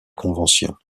convention